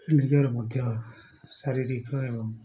ନିଜର ମଧ୍ୟ ଶାରୀରିକ ଏବଂ